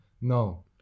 No